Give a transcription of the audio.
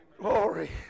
Glory